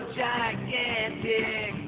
gigantic